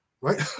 right